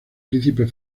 príncipe